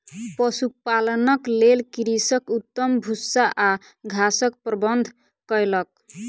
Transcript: पशुपालनक लेल कृषक उत्तम भूस्सा आ घासक प्रबंध कयलक